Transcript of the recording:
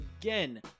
again